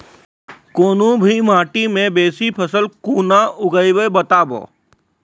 कूनू भी माटि मे बेसी फसल कूना उगैबै, बताबू?